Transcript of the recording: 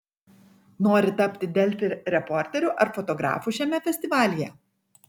nori tapti delfi reporteriu ar fotografu šiame festivalyje